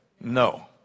no